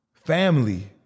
Family